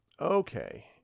Okay